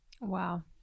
Wow